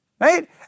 right